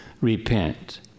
repent